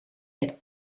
werd